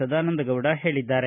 ಸದಾನಂದಗೌಡ ಹೇಳಿದ್ದಾರೆ